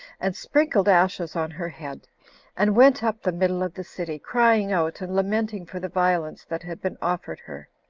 and sprinkled ashes on her head and went up the middle of the city, crying out and lamenting for the violence that had been offered her.